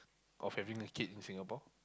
of having a kid in Singapore